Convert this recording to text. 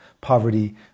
poverty